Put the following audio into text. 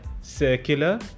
circular